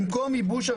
במקום "ייבוש,